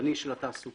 החדשני של התעסוקה,